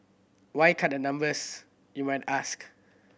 why cut the numbers you might ask